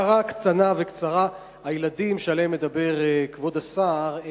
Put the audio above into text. הערה קטנה וקצרה: הילדים שעליהם מדבר כבוד השר,